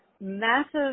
massive